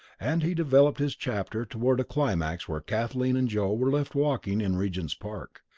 and he developed his chapter toward a climax where kathleen and joe were left walking in regent's park,